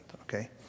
okay